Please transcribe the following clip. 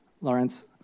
Lawrence